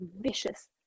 vicious